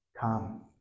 come